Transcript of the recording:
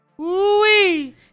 Ooh-wee